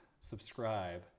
subscribe